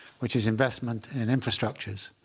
which is investment in infrastructures.